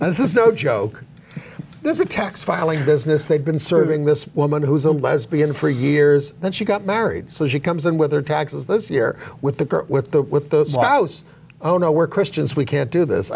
and this is no joke this is a tax filing business they've been serving this woman who's a lesbian for years and she got married so she comes in with their taxes this year with the girl with the with the spouse oh no we're christians we can't do this